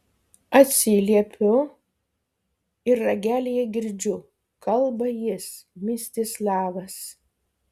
atsiliepiu ir ragelyje girdžiu kalba jis mstislavas